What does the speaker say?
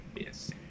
yes